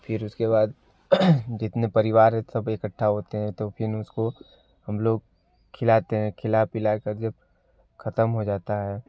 फिर उसके बाद जितने परिवार है सब इकट्ठा होते हैं तो फिर उसको हम लोग खिलाते हैं खिला पिलाकर जब ख़त्म हो जाता है